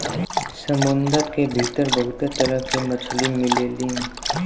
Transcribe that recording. समुंदर के भीतर बहुते तरह के मछली मिलेलीन